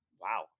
Wow